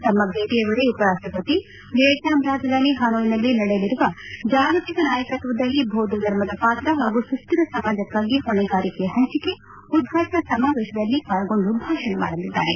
ತಮ್ನ ಭೇಟಿ ವೇಳೆ ಉಪರಾಷ್ವಪತಿ ವಿಯಟ್ನಾಂ ರಾಜಧಾನಿ ಹನೊಯ್ನಲ್ಲಿ ನಡೆಯಲಿರುವ ಜಾಗತಿಕ ನಾಯಕತ್ವದಲ್ಲಿ ಬೌದ್ಧ ಧರ್ಮದ ಪಾತ್ರ ಹಾಗೂ ಸುಸ್ಥಿರ ಸಮಾಜಕ್ಕಾಗಿ ಹೊಣೆಗಾರಿಕೆಯ ಹಂಚಿಕೆ ಉದ್ವಾಟನಾ ಸಮಾವೇಶದಲ್ಲಿ ಪಾಲ್ಗೊಂಡು ಭಾಷಣ ಮಾಡಲಿದ್ದಾರೆ